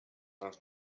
ens